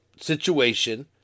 situation